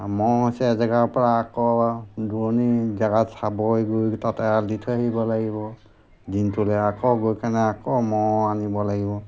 ম'হ হৈছে এজেগাৰ পৰা আকৌ দূৰণি জেগাত চাবই গৈ তাত এৰাল দি থৈ আহিব লাগিব দিনটোলৈ আকৌ গৈ কিনে আকৌ ম'হ আনিব লাগিব